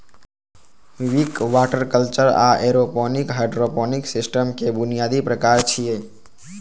Wick, water culture आ aeroponic hydroponic सिस्टमक बुनियादी प्रकार छियै